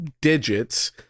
digits